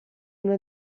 una